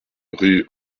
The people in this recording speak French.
rue